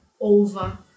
over